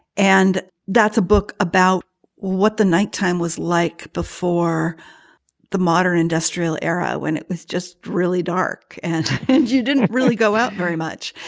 and that's a book about what the nighttime was like before the modern industrial era when it was just really dark. and and you didn't really go out very much